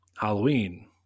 Halloween